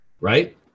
right